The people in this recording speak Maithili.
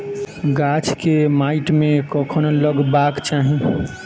गाछ केँ माइट मे कखन लगबाक चाहि?